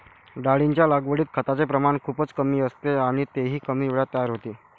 डाळींच्या लागवडीत खताचे प्रमाण खूपच कमी असते आणि तेही कमी वेळात तयार होते